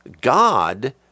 God